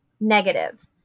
negative